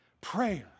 Prayer